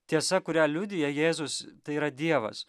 tiesa kurią liudija jėzus tai yra dievas